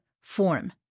form